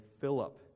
Philip